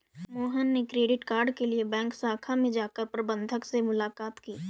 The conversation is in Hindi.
मोहन ने क्रेडिट कार्ड के लिए बैंक शाखा में जाकर प्रबंधक से मुलाक़ात की